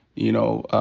you know,